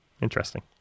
interesting